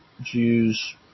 Jews